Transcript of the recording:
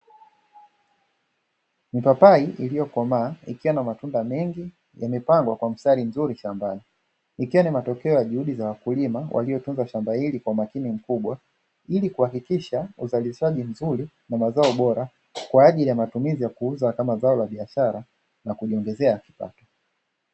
Mipapai iliyokomaa ikiwa na matunda mengi yamepandwa kwa mstari mzuri shambani, ikiwa ni matokeo ya juhudi za wakulima waliotunza shamba hili kwa umakini mkubwa, ili kuhakikisha uzalishaji mzuri na mazao bora kwa ajili ya kuuza kama mazao ya biashara na kujiongezea kipato.